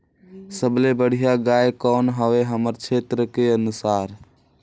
सबले बढ़िया गाय कौन हवे हमर क्षेत्र के अनुसार?